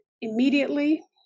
immediately